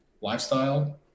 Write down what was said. lifestyle